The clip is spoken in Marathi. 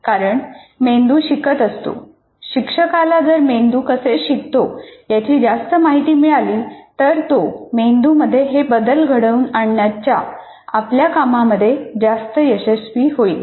कारण मेंदू शिकत असतो शिक्षकाला जर मेंदू कसे शिकतो याची जास्त माहिती मिळाली तर तो मेंदूमध्ये हे बदल घडवून आणण्याच्या आपल्या कामामध्ये जास्त यशस्वी होईल